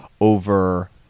over